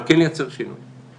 אבל כן לייצר שינוי.